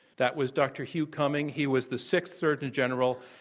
that was dr. hugh cumming. he was the sixth surgeon general,